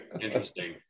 interesting